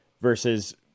versus